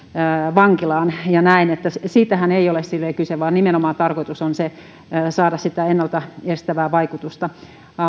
vankilaan näen että siitähän ei ole sillä tavalla kyse vaan nimenomaan tarkoitus on saada sitä ennalta estävää vaikutusta